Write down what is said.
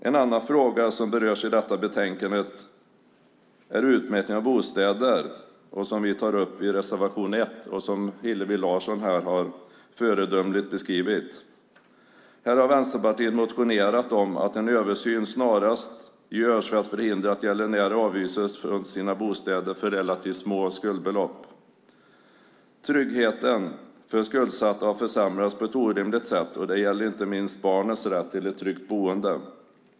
En annan fråga som berörs i detta betänkande är utmätning av bostäder som vi tar upp i reservation 1. Hillevi Larsson har föredömligt beskrivit det här. Vänsterpartiet har motionerat om att en översyn snarast görs för att förhindra att gäldenärer avhyses från sina bostäder för relativt små skuldbelopp. Tryggheten för skuldsatta har försämrats på ett orimligt sätt. Det gäller inte minst barnens rätt till ett tryggt boende.